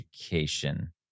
education